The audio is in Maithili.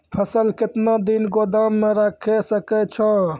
फसल केतना दिन गोदाम मे राखै सकै छौ?